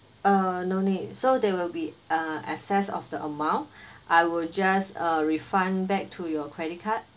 uh no need so there will be uh access of the amount I will just uh refund back to your credit card